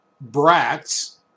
brats